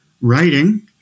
writing